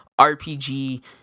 rpg